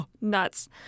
nuts